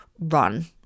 run